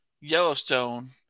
Yellowstone